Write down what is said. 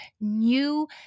new